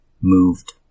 moved